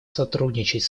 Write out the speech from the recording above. сотрудничать